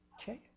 Okay